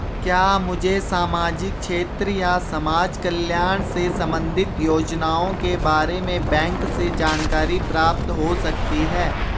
क्या मुझे सामाजिक क्षेत्र या समाजकल्याण से संबंधित योजनाओं के बारे में बैंक से जानकारी प्राप्त हो सकती है?